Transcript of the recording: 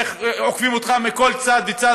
איך עוקפים אותך מכל צד וצד.